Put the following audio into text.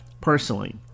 personally